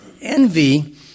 Envy